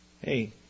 Hey